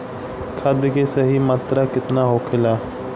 खाद्य के सही मात्रा केतना होखेला?